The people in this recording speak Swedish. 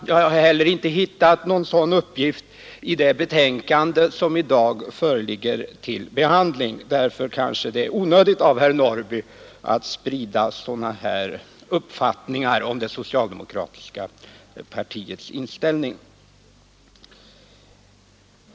Jag har heller inte hittat någon sådan uppgift i det betänkande som i dag föreligger till behandling. Därför kanske det vore onödigt av herr Norrby att sprida sådana här uppfattningar om det socialdemokratiska partiets inställning.